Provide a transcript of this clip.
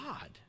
God